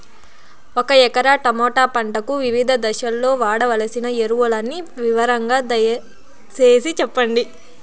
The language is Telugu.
ఒక ఎకరా టమోటా పంటకు వివిధ దశల్లో వాడవలసిన ఎరువులని వివరంగా దయ సేసి చెప్పండి?